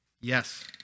Yes